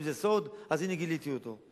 אם זה סוד, אז גיליתי אותו,